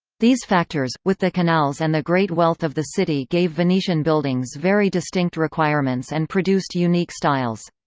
these factors, with the canals and the great wealth of the city gave venetian buildings very distinct requirements and produced unique styles.